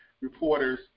reporters